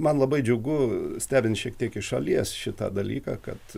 man labai džiugu stebint šiek tiek iš šalies šitą dalyką kad